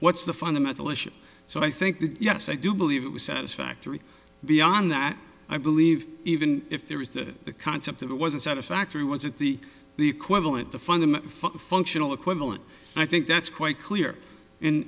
what's the fundamental issue so i think that yes i do believe it was satisfactory beyond that i believe even if there is that the concept of it wasn't satisfactory was at the the equivalent the fundamental functional equivalent and i think that's quite clear in